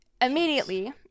Immediately